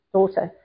daughter